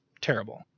terrible